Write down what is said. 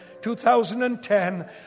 2010